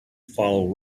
follow